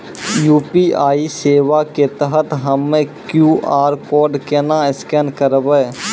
UPI सेवा के तहत हम्मय क्यू.आर कोड केना स्कैन करबै?